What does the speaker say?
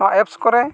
ᱱᱚᱣᱟ ᱠᱚᱨᱮ